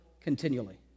continually